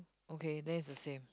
okay then it's the same